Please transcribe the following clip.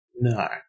No